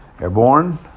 Airborne